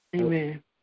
Amen